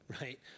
right